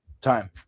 time